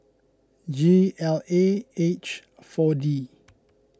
G L A H four D